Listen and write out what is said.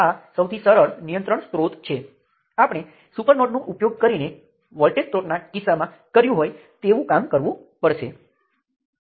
આપણે પદ સંબંધોનો ઉપયોગ કરીને તમામ શાખાઓમાં અને તે વોલ્ટેજમાંથી તમામ શાખાઓમાં કરંટ મેળવી શકીશું